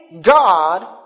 God